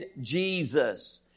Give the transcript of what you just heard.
Jesus